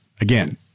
Again